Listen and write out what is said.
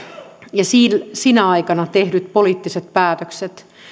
ja sinä aikana tehdyt poliittiset päätökset